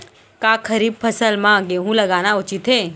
का खरीफ फसल म गेहूँ लगाना उचित है?